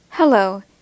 Hello